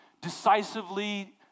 decisively